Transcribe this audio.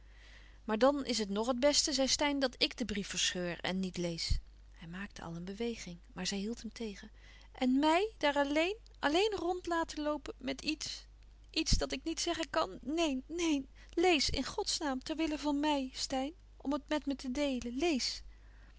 maar dan is het nog het beste zei steyn dat ik den brief verscheur en niet lees hij maakte al een beweging maar zij hield hem tegen en mij daarmeê alleen alleen rond laten loopen met iets iets dat ik niet zeggen kan neen neen lees in godsnaam ter wille van mij steyn om het met me te deelen lees